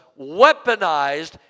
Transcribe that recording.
weaponized